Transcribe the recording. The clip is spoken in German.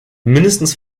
mindestens